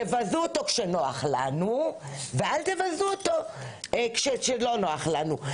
תבזו אותו כשנוח לנו ואל תבזו אותו כשלא נוח לנו.